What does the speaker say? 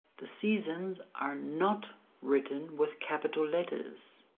the seasons are not written with capital letters